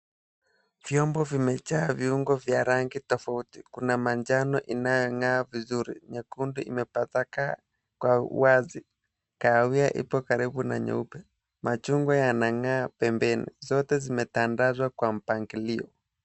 Vyombo vimejaa viungo vya rangi tofauti kuna manjano inayong'aa vizuri nyekundu imetapakaa kwa wazi, kahawia iko karibu na nyeupe, machungwa inang'aa pembeni zote zimetandazwa kwa mpangilio.